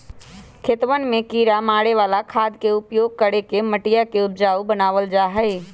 खेतवन में किड़ा मारे वाला खाद के उपयोग करके मटिया के उपजाऊ बनावल जाहई